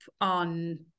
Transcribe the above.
on